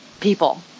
people